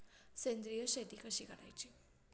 सेंद्रिय शेती कशी करायची?